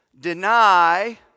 deny